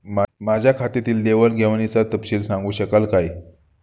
माझ्या खात्यातील देवाणघेवाणीचा तपशील सांगू शकाल काय?